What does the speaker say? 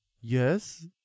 Yes